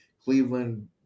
cleveland